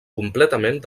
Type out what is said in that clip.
completament